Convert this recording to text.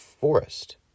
forest